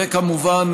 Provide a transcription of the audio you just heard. וכמובן,